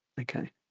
okay